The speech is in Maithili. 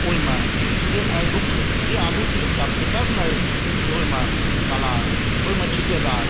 ओहिमे जे एहि युगके जे आजुक एकटा पैटर्न अछि जे ओहिमे तालाब ओहिमे ठीकेदार